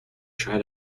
try